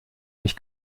nicht